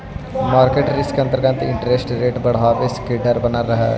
market risk के अंतर्गत interest rate बढ़वे के डर बनल रहऽ हई